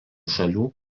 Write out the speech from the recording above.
šalių